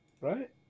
Right